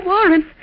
Warren